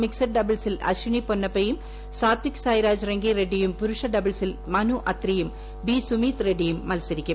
mixed ഡബിൾസിൽ അശിനി പൊന്നപ്പയും സാതിക് സായ്രാജ് രംഗി റെഡ്റിയും പുരുഷ ഡബിൾസിൽ മനു അത്രിയും ബി സുമീത് റെഡ്സിയും മത്സരിക്കും